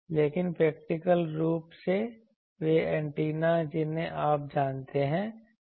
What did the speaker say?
लेकिन प्रैक्टिकल रूप से वे एंटेना जिन्हें आप जानते हैं